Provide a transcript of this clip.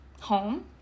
home